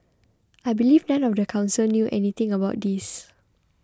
I believe none of the council knew anything about this